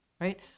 right